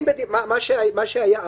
איך שאני מבין את